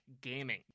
gaming